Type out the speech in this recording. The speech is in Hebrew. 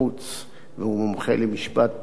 והוא מומחה למשפט בין-לאומי.